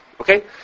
Okay